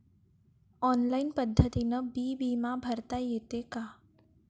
Online पद्धतीनं बी बिमा भरता येते का?